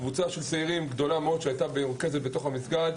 קבוצה גדולה של צעירים שהייתה מרוכזת בתוך המסגד.